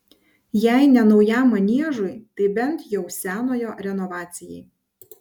jei ne naujam maniežui tai bent jau senojo renovacijai